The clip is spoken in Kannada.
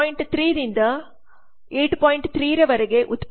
3 ರವರೆಗೆ ಉತ್ಪಾದನೆ